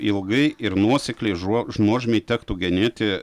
ilgai ir nuosekliai žuo nuožmiai tektų genėti